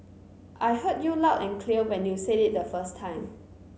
I heard you loud and clear when you said it the first time